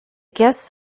guests